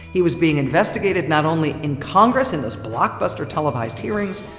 he was being investigated not only in congress in those blockbuster televised hearings!